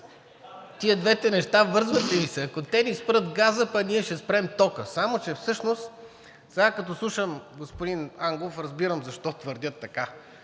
Тези двете неща връзват ли Ви се: ако те ни спрат газа, ние ще спрем тока?! Всъщност сега, като слушам господин Ангов, разбирам защо твърдят така.